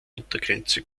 untergrenze